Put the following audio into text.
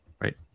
Right